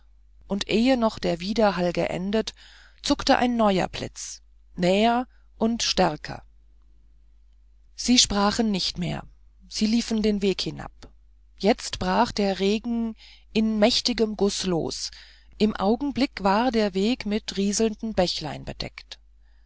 und ehe noch der widerhall geendet zuckte ein neuer blitz näher und stärker sie sprachen nicht mehr sie liefen den weg hinab jetzt brach der regen in mächtigem guß los im augenblick war der weg mit rieselnden bächlein bedeckt